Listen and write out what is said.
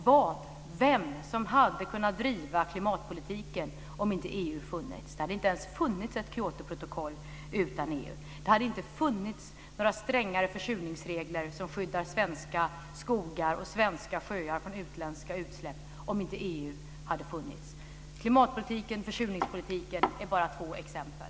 Och vem skulle ha kunnat driva klimatpolitiken om inte EU hade funnits? Det hade inte ens existerat ett Kyotoprotokoll utan EU. Det hade inte funnits några strängare försurningsregler som skyddar svenska skogar och svenska sjöar från utländska utsläpp om inte EU hade funnits. Klimatpolitiken och försurningspolitiken är bara två exempel.